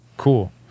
Cool